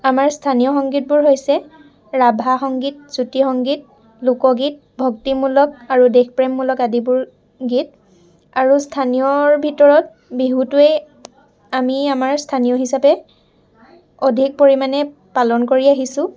আমাৰ স্থানীয় সংগীতবোৰ হৈছে ৰাভা সংগীত জ্যোতি সংগীত লোকগীত ভক্তিমূলক আৰু দেশপ্ৰেমমূলক আদিবোৰ গীত আৰু স্থানীয়ৰ ভিতৰত বিহুটোৱেই আমি আমাৰ স্থানীয় হিচাপে অধিক পৰিমাণে পালন কৰি আহিছোঁ